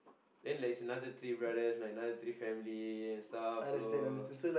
then there is another three brother another three families staff so